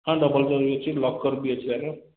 ହଁ double door ବି ଅଛି ଲକର୍ ବି ଅଛି ୟାର